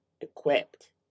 equipped